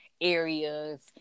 areas